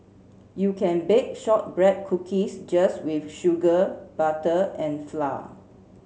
you can bake shortbread cookies just with sugar butter and flour